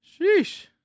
Sheesh